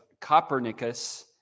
Copernicus